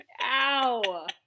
Ow